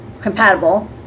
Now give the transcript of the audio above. compatible